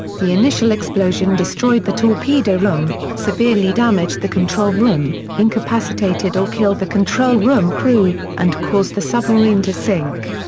the initial explosion destroyed the torpedo room, severely damaged the control room, incapacitated or killed the control room crew, and caused the submarine to sink.